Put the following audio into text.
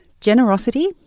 generosity